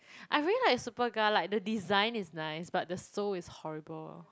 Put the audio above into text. I really like Superga like the design is nice but the sole is horrible